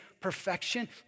perfection